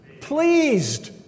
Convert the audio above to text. pleased